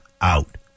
out